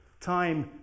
time